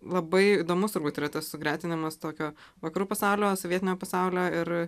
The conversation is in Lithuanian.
labai įdomus turbūt yra tas sugretinimas tokio vakarų pasaulio sovietinio pasaulio ir